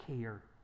care